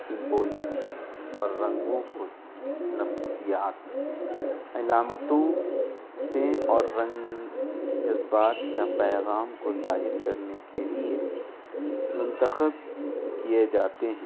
symbolism اور رنگوں کو نفسیات علامتوں تئیں اور رنگ جذبات یا پیغام کو ظاہر کرنے کے لیے منتخب کیے جاتے ہیں